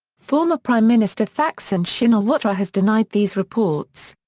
former prime minister thaksin shinawatra has denied these reports.